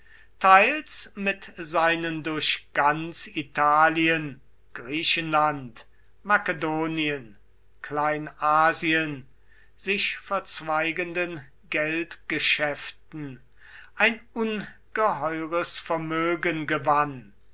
teils mit seinen durch ganz italien griechenland makedonien kleinasien sich verzweigenden geldgeschäften ein ungeheures vermögen gewann